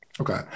Okay